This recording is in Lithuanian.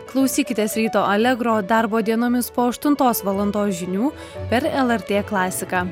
klausykitės ryto alegro darbo dienomis po aštuntos valandos žinių per lrt klasiką